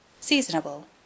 seasonable